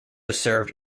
served